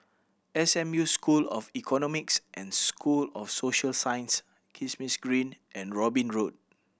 S M U School of Economics and School of Social Sciences Kismis Green and Robin Road